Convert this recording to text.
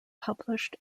published